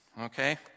Okay